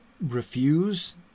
refuse